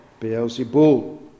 Beelzebul